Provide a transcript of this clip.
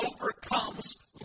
overcomes